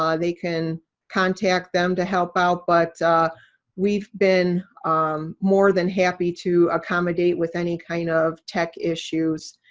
um they can contact them to help out. but we've been more than happy to accommodate with any kind of tech issues.